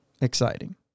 exciting